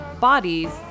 bodies